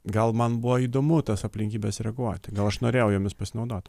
gal man buvo įdomu tas aplinkybes reaguoti gal aš norėjau jomis pasinaudot